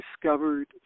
discovered